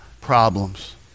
problems